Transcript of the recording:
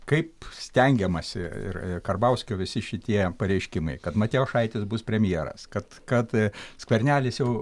kaip stengiamasi ir karbauskio visi šitie pareiškimai kad matijošaitis bus premjeras kad kad skvernelis jau